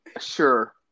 sure